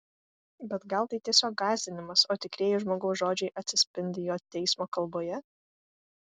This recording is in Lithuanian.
bet gal tai tiesiog gąsdinimas o tikrieji žmogaus žodžiai atsispindi jo teismo kalboje